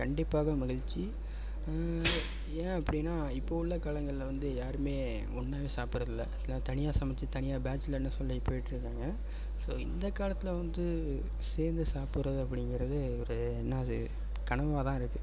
கண்டிப்பாக மகிழ்ச்சி ஏன் அப்படின்னா இப்போது உள்ள காலங்களில் வந்து யாருமே ஒன்றாவே சாப்பிட்றதில்ல எல்லா தனியாக சமைச்சி தனியாக பேச்சுலர்னு சொல்லி போய்கிட்ருக்காங்க ஸோ இந்த காலத்தில் வந்து சேர்ந்து சாப்பிட்றது அப்படிங்கிறது ஒரு என்னாகுது கனவாக தான் இருக்குது